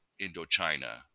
Indochina